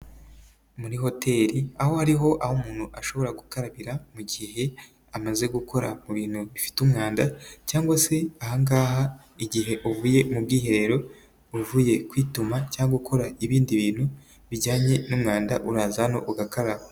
Muri hoteli, aho hariho aho umuntu ashobora gukarabira mu gihe amaze gukora bintu bifite umwanda cyangwa se ahangaha igihe uvuye mu bwiherero, uvuye kwituma cyangwa gukora ibindi bintu bijyanye n'umwanda uraza hano ugakaraba.